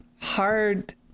hard